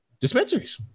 Dispensaries